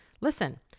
listen